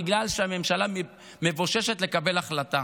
בגלל שהממשלה מבוששת לקבל החלטה.